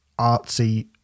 artsy